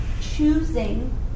choosing